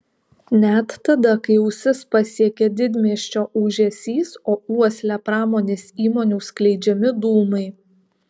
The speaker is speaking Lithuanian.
net tada kai ausis pasiekia didmiesčio ūžesys o uoslę pramonės įmonių skleidžiami dūmai